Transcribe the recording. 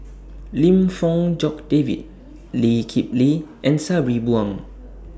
Lim Fong Jock David Lee Kip Lee and Sabri Buang